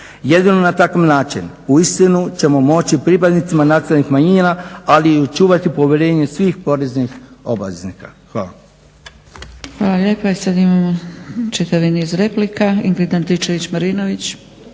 Jedino na takav način uistinu ćemo moći pripadnicima nacionalnih manjina ali i očuvati povjerenje svih poreznih obveznika. Hvala.